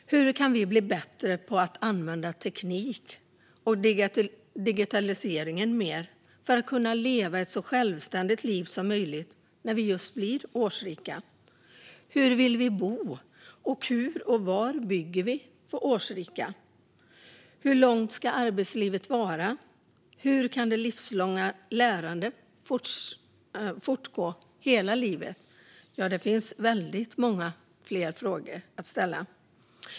Hur kan vi bli bättre på att använda tekniken och digitaliseringen mer för att kunna leva ett så självständigt liv som möjligt när vi blir årsrika? Hur vill vi bo, och hur och var bygger vi för årsrika? Hur långt ska arbetslivet vara? Hur kan det livslånga lärandet fortsätta hela livet? Ja, det finns väldigt många fler frågor att ställa.